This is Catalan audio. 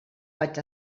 vaig